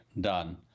done